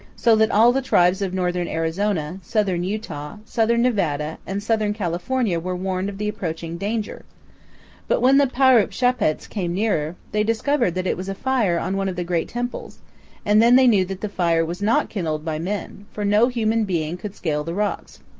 so that all the tribes of northern arizona, southern utah, southern nevada, and southern california were warned of the approaching danger but when the paru'shapats came nearer, they discovered that it was a fire on one of the great temples and then they knew that the fire was not kindled by men, for no human being could scale the rocks.